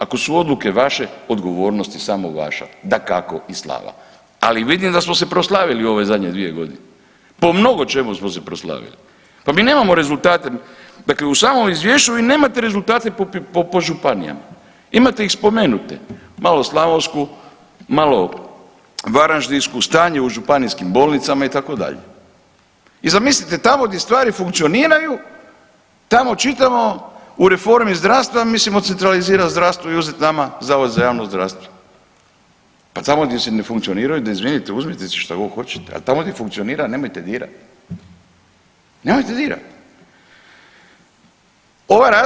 Ako su odluke vaše odgovornost je samo vaša, dakako i slava, ali vidim da smo se proslavili u ove zadnje 2.g., po mnogo čemu smo se proslavili, pa mi nemamo rezultate, dakle u samom izvješću vi nemate rezultate po županijama, imate ih spomenute, malo slavonsku, malo varaždinsku, stanje u županijskim bolnicama itd. i zamislite tamo gdje stvari funkcioniraju tamo čitamo u reformi zdravstva mislimo centralizirat zdravstvo i uzet nama zavod za javno zdravstvo, pa tamo gdje se ne funkcioniraju da izvinite uzmite si šta god hoćete, a tamo gdje funkcionira nemojte dirat, nemojte dirat.